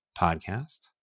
podcast